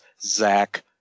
Zach